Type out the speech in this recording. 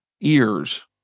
ears